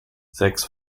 sechs